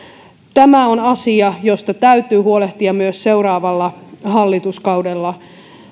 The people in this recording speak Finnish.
tämä on asia josta täytyy huolehtia myös seuraavalla hallituskaudella esimerkiksi